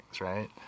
right